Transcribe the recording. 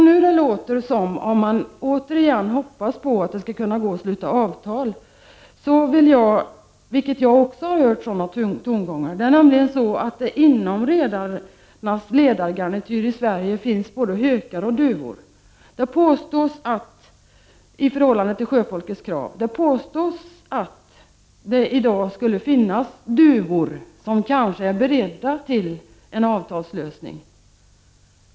Nu låter det som om man återigen hoppas på att det skall gå att sluta avtal; jag har också hört sådana tongångar. Det är nämligen så att det inom redarnas ledargarnityr i Sverige finns både hökar och duvor i förhållande till sjöfolkets krav. Det påstås att det i dag skulle finnas duvor som kanske är beredda till en avtalslösning.